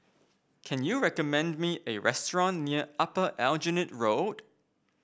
can you recommend me a restaurant near Upper Aljunied Road